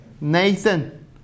Nathan